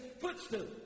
footstool